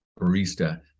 barista